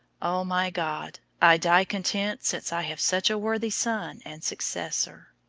o my god, i die content since i have such a worthy son and successor.